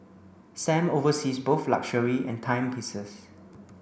Sam oversees both luxury and timepieces